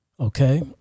Okay